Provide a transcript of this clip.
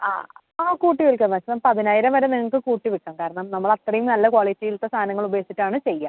ആ ആ കൂട്ടി വിൽക്കാം മാക്സിമം പതിനായിരം വരെ നിങ്ങൾക്ക് കൂട്ടി വിൽക്കാം കാരണം നമ്മളത്രയും നല്ല ക്വാളിറ്റീൽത്ത സാധനങ്ങളുപയോഗിച്ചിട്ടാണ് ചെയ്യുക